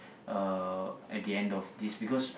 uh at the end of this because